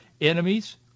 enemies